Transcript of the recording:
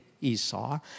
Esau